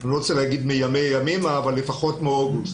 ואני לא רוצה לומר מימים ימימה אבל לפחות מאוגוסט.